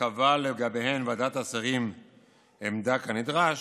קבעה לגביהן ועדת השרים עמדה כנדרש,